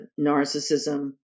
narcissism